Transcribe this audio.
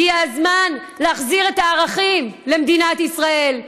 הגיע הזמן להחזיר את הערכים למדינת ישראל.